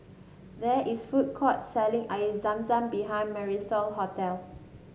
there is food court selling Air Zam Zam behind Marisol hotel